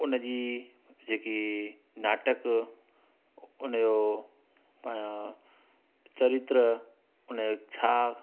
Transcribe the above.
उनजी जेकी नाटक उनजो प चरित्र उनजो छा